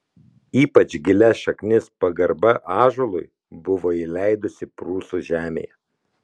ypač gilias šaknis pagarba ąžuolui buvo įleidusi prūsų žemėje